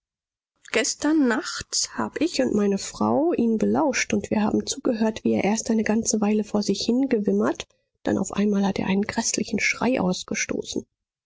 gestern nachts hab ich und meine frau ihn belauscht und wir haben zugehört wie er erst eine ganze weile vor sich hingewimmert dann auf einmal hat er einen gräßlichen schrei ausgestoßen